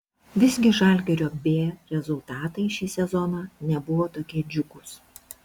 visgi žalgirio b rezultatai šį sezoną nebuvo tokie džiugūs